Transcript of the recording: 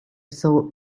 thought